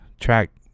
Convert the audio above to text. track